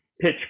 pitch